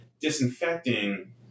Disinfecting